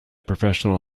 professional